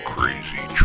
Crazy